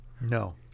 No